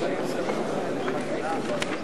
תירוש לסעיף 1 לא נתקבלה.